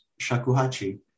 shakuhachi